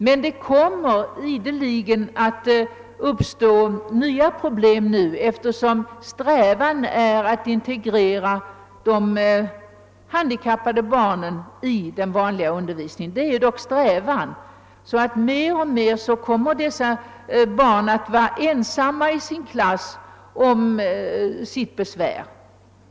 Men det kommer ideligen att uppstå nya problem, eftersom vår strävan är att integrera de handikappade barnen i den vanliga undervisningen. De handikappade kommer mer och mer alt vara ensamma om sina besvär i sin klass.